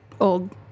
Old